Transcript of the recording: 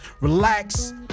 relax